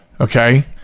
Okay